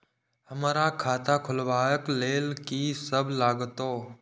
हमरा खाता खुलाबक लेल की सब लागतै?